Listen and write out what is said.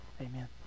Amen